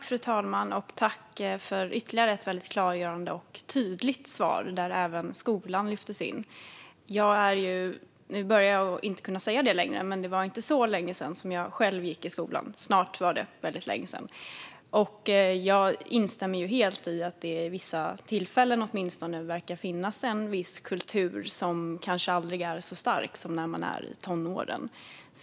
Fru talman! Tack för ytterligare ett klargörande och tydligt svar! Där lyftes även skolan in. Nu kan jag snart inte säga det längre, men det var inte så länge sedan jag själv gick i skolan. Snart är det länge sedan. Jag instämmer helt i att det, åtminstone vid vissa tillfällen, verkar finnas en viss kultur som kanske aldrig är så stark som när man är i tonåren.